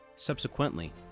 Subsequently